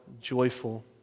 joyful